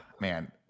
man